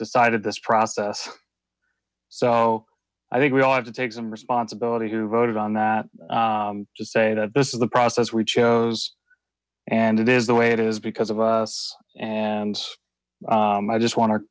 decided this process so i think we all have to take some responsibility who voted on that to say that this is the process we chose and it is the way it is because of us and i just want our